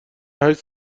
هشت